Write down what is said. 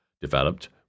developed